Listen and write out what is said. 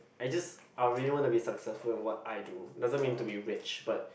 I just I really want to be successful in what I do doesn't mean to be rich but